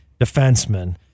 defenseman